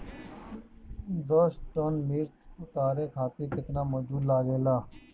दस टन मिर्च उतारे खातीर केतना मजदुर लागेला?